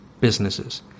businesses